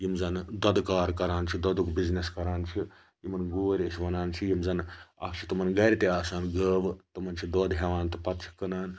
یِم زن دۄدٕ کار کران چھِ دۄدُک بِزنٮ۪س کَران چھِ یِمن گوٗرۍ أسۍ وَنان چھِ یِم زن اَکھ چھِ تِمن گَرِ تہِ آسان گٲوٕ تِمن چھِ دۄد ہیٚوان تہٕ پتہٕ چھِ کٕنان